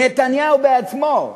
נתניהו בעצמו,